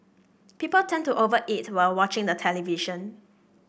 people tend to over eat while watching the television